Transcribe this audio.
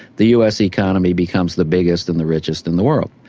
the us economy becomes the biggest and the richest in the world,